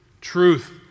truth